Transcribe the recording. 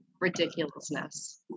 ridiculousness